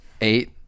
Eight